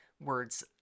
words